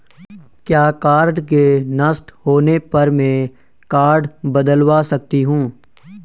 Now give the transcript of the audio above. क्या कार्ड के नष्ट होने पर में कार्ड बदलवा सकती हूँ?